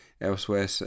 elsewhere